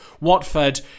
Watford